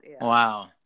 Wow